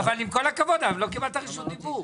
עם כל הכבוד, לא קיבלת רשות דיבור.